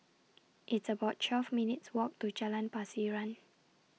It's about twelve minutes' Walk to Jalan Pasiran